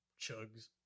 chugs